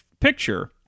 picture